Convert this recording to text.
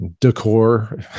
Decor